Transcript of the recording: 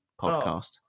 podcast